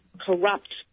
corrupt